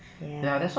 ya